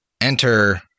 enter